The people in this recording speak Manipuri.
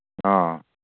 ꯑꯥ